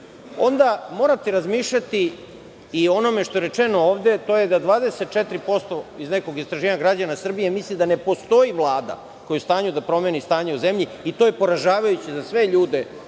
onda morate razmišljati i o onome što je rečeno ovde, a to je da 24%, iz nekog istraživanja, građana Srbije misli da ne postoji Vlada koja je u stanju da promeni stanje u zemlji i to je poražavajuće za sve ljude,